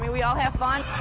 we we all have fun.